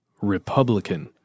Republican